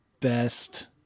best